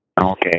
Okay